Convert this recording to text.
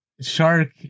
shark